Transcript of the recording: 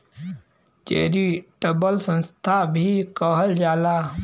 charitable संस्था भी कहल जाला